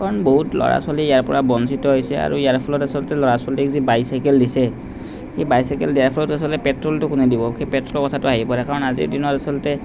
কাৰণ বহুত ল'ৰা ছোৱালী ইয়াৰ পৰা বঞ্চিত হৈছে আৰু ইয়াৰ ফলত আচলতে ল'ৰা ছোৱালীক যি বাইচাইকেল দিছে সেই বাইচাইকেল দিয়াৰ ফলত আচলতে পেট্ৰলটো কমাই দিব সেই পেট্ৰলৰ কথাটো আহি পৰে কাৰণ আজিৰ দিনত আচলতে